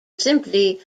simply